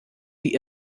wie